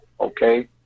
okay